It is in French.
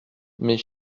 mes